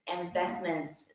investments